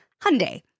Hyundai